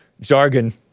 Jargon